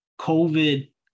COVID